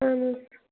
اَہَن حظ